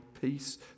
peace